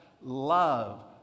love